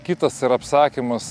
kitas yra apsakymas